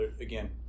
again